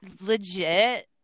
legit